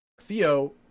Theo